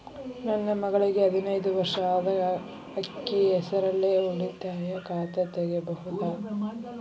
ನನ್ನ ಮಗಳಿಗೆ ಹದಿನೈದು ವರ್ಷ ಅದ ಅಕ್ಕಿ ಹೆಸರಲ್ಲೇ ಉಳಿತಾಯ ಖಾತೆ ತೆಗೆಯಬಹುದಾ?